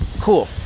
cool